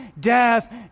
Death